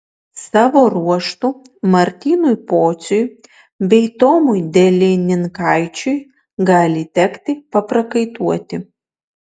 savo ruožtu martynui pociui bei tomui delininkaičiui gali tekti paprakaituoti